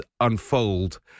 unfold